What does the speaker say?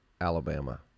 Alabama